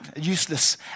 useless